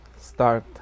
start